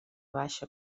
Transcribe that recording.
baixa